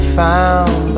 found